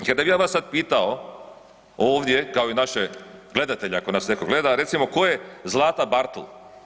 Kada bi ja vas sada pitao ovdje kao i naše gledatelje ako nas netko gleda recimo tko je Zlata Bartl?